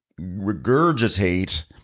regurgitate